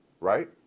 right